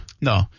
No